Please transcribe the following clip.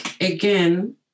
Again